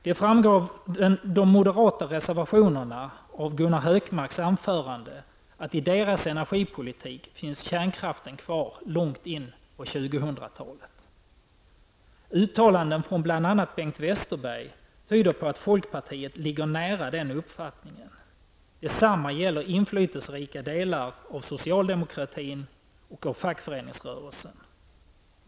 Det framgår av de moderata reservationerna och Gunnar Hökmarks anförande att i moderaternas energipolitik finns kärnkraften kvar långt in på 2000-talet. Uttalanden från bl.a. Bengt Westerberg tyder på att folkpartiet ligger nära den uppfattningen. Detsamma gäller inflytelserika delar av socialdemokratin och fackföreningsrörelsen.